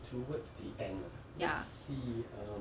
ya